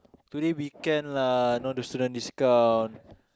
today weekend lah no the student discount